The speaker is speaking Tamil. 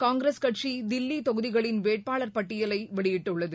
காங்கிரஸ் கட்சி தில்லி தொகுதிகளின் வேட்பாளர் பட்டியலை வெளியிட்டுள்ளது